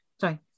Sorry